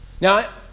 Now